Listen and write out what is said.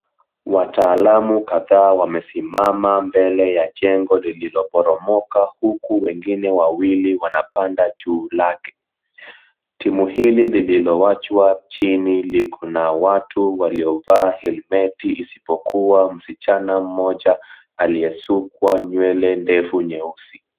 Wataalam kadhaa wamesimama mbele ya jengo lililoporomoka huku wengine wawili wanapanda juu lake. Timu hili lililowachwa chini liko na watu waliovaa helmet isipokuwa msichana aliyesukwa nywele ndefu nyeusi.